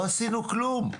לא עשינו כלום,